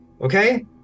Okay